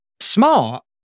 smart